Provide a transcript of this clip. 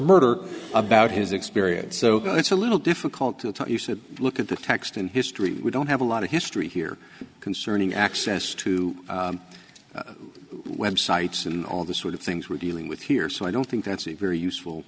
murder about his experience so it's a little difficult to tell you said look at the text in history we don't have a lot of history here concerning access to web sites and all the sort of things we're dealing with here so i don't think that's a very useful